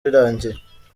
rirangiye